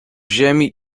ziemi